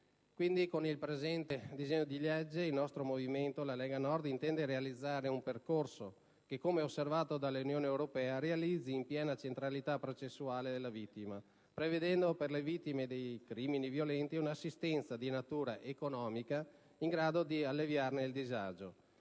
con un disegno di legge, il nostro movimento, la Lega Nord, intende realizzare un percorso che - come osservato dall'Unione europea - realizzi una piena centralità processuale della vittima, prevedendo per le vittime dei crimini violenti un'assistenza di natura economica in grado di alleviarne il disagio,